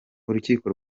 urukiko